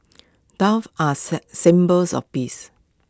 doves are say symbols of peace